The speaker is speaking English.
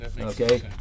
Okay